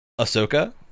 Ahsoka